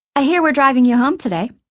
i hear we're driving you home today.